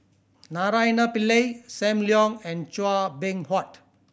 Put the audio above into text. Naraina Pillai Sam Leong and Chua Beng Huat